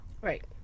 Right